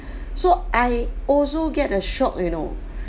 so I also get a shock you know